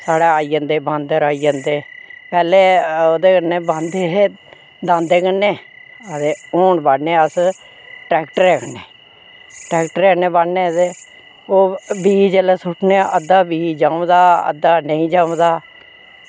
साढ़ै आई जंदे बांदर आई जंदे पैह्लें ओह्दे कन्नै बाहंदे हे दांदें कन्नै ते हून बाह्न्ने अस ट्रैक्टरे कन्नै ट्रैक्टरे कन्नै बाह्न्ने ते ओह् बीऽ जेल्लै सुट्टने ते अद्धा बीऽ जम्मदा अद्धा नेईं जम्मदा